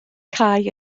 cae